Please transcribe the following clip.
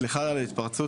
סליחה על ההתפרצות.